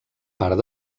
part